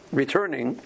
returning